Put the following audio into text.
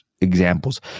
examples